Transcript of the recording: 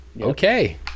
okay